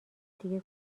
دیگه